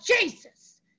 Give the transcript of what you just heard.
Jesus